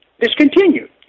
discontinued